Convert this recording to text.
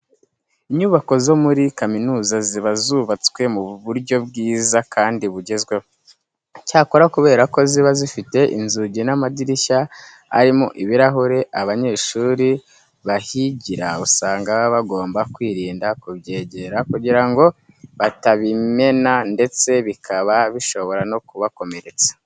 Inyubako zo muri kaminuza ziba zubatswe mu buryo bwiza kandi bugezweho. Icyakora kubera ko ziba zifite inzugi n'amadirishya arimo ibirahure, abanyeshuri bahigira usanga baba bagomba kwirinda kubyegera kugira ngo batabimena ndetse bikaba bishobora no kubakomeretsa.